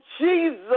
Jesus